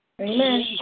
Amen